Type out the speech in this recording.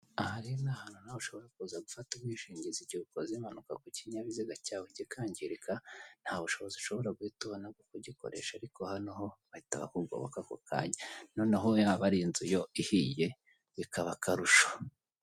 Aha rero ni ahantu nawe ushobora kuza gufata ubwishingizi igihe ukoze impanuka ku kinyabiziga cyawe kikangirika; nta bushobozi ushobora guhita ubona bwo kugikoresha. Ariko hano ho bahita bakugoboka ako kanya, noneho yaba ari inzu yo ihiye bikaba akarusho.